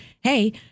hey